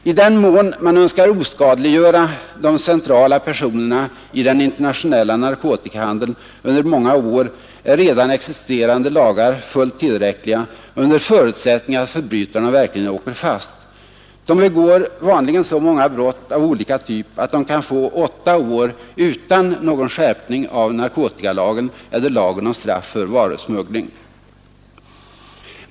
I den mån man önskar oskadliggöra de centrala personerna i den internationella narkotikahandeln under många år är redan existerande lagar fullt tillräckliga under förutsättning att förbrytarna verkligen åker fast. De begår vanligen så många brott av olika typer att de kan få åtta år utan skärpning av narkotikalagen eller lagen om straff för varusmuggling.